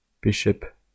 Bishop